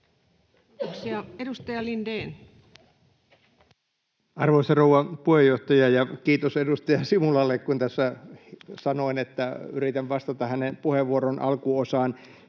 Time: 20:01 Content: Arvoisa rouva puheenjohtaja! Kiitos edustaja Simulalle, että hän jäi — kun tässä sanoin, että yritän vastata hänen puheenvuoronsa alkuosaan,